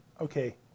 Okay